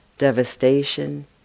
devastation